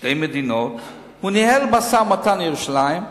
שתי מדינות, הוא ניהל משא-ומתן על ירושלים,